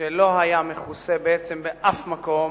שלא היה מכוסה באף מקום